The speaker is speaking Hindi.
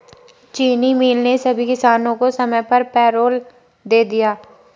चीनी मिल ने सभी किसानों को समय पर पैरोल दे दिया